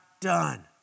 done